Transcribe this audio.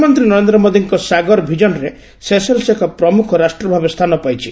ପ୍ରଧାନମନ୍ତ୍ରୀ ନରେନ୍ଦ୍ର ମୋଦିଙ୍କ 'ସାଗର ଭିଜନ୍'ରେ ସେସେଲ୍ସ୍ ଏକ ପ୍ରମୁଖ ରାଷ୍ଟ୍ର ଭାବେ ସ୍ଥାନ ପାଇଛି